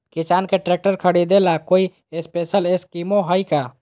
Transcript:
किसान के ट्रैक्टर खरीदे ला कोई स्पेशल स्कीमो हइ का?